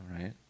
right